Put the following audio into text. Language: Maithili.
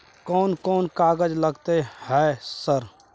कोन कौन कागज लगतै है सर?